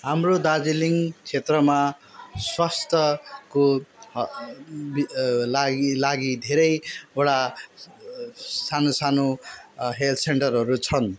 हाम्रो दार्जिलिङ क्षेत्रमा स्वास्थ्यको लागि लागि धेरैवटा सानो सानो हेल्थ सेन्टरहरू छन्